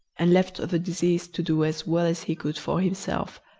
and left the deceased to do as well as he could for himself,